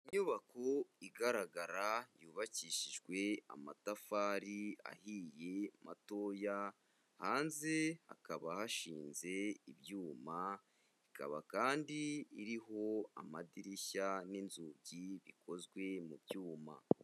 Inyubako igaragara yubakishijwe amatafari ahiye matoya, hanze hakaba hashinze ibyuma, ikaba kandi iriho amadirishya n'inzugi bikozwe mu byuma.